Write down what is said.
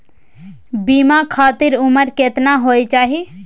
बीमा खातिर उमर केतना होय चाही?